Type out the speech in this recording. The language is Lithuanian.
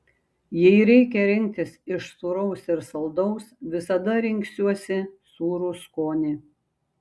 jei reikia rinktis iš sūraus ir saldaus visada rinksiuosi sūrų skonį